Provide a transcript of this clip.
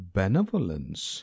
benevolence